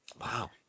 Wow